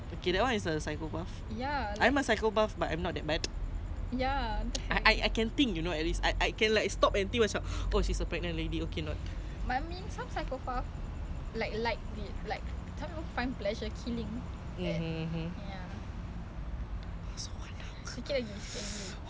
sikit lagi sikit lagi eh maaf ada benda merah kalau dia full I think it's like err seconds no I don't oh but yours